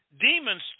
demons